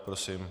Prosím.